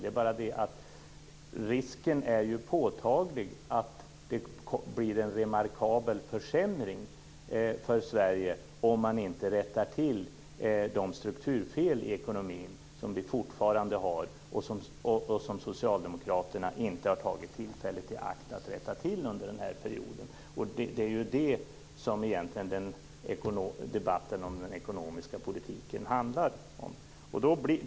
Det är bara det att risken är påtaglig att det blir en remarkabel försämring för Sverige om man inte rättar till de strukturfel i ekonomin som vi fortfarande har, och som socialdemokraterna inte har tagit tillfället i akt att rätta till under denna period. Det är det som debatten om den ekonomiska politiken egentligen handlar om.